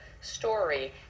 story